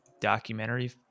documentary